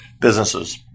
businesses